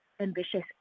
ambitious